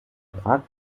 prag